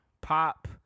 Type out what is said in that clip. Pop